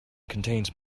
contains